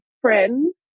friends